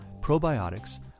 probiotics